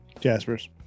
Jasper's